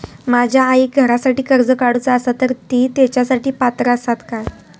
माझ्या आईक घरासाठी कर्ज काढूचा असा तर ती तेच्यासाठी पात्र असात काय?